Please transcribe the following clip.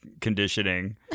conditioning